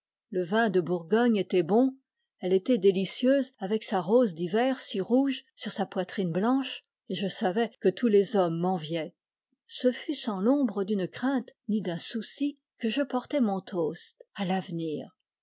le vin de bourgogne était bon elle était délicieuse avec sa rose d'hiver si rouge sur sa poitrine blanche et je savais que tous les hommes m'enviaient ce fut sans l'ombre d'une crainte ni d'un souci que je portai mon toast à l'avenir